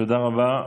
תודה רבה.